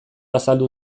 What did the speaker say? azaldu